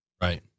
Right